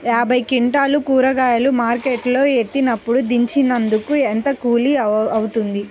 యాభై క్వింటాలు కూరగాయలు మార్కెట్ లో ఎత్తినందుకు, దించినందుకు ఏంత కూలి అవుతుంది?